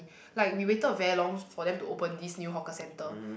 like we waited very long for them to open this new hawker centre